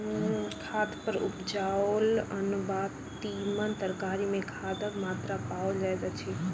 खाद पर उपजाओल अन्न वा तीमन तरकारी मे खादक मात्रा पाओल जाइत अछि